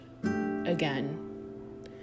again